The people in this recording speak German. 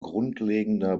grundlegender